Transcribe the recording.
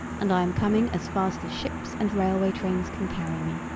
and i am coming, as fast as ships and railway trains can carry me,